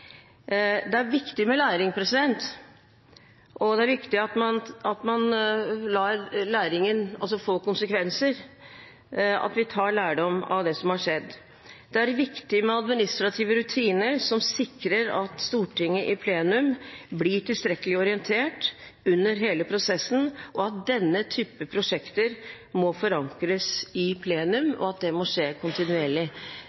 Det er viktig med læring, og det er viktig at man lar læringen få konsekvenser, at vi tar lærdom av det som har skjedd. Det er viktig med administrative rutiner som sikrer at Stortinget i plenum blir tilstrekkelig orientert under hele prosessen, at denne type prosjekter må forankres i